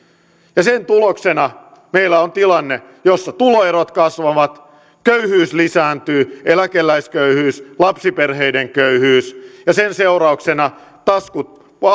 ja sen tuloksena meillä on tilanne jossa tuloerot kasvavat köyhyys lisääntyy eläkeläisköyhyys lapsiperheiden köyhyys ja sen seurauksena taskut